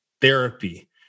therapy